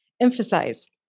emphasize